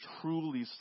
truly